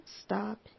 stop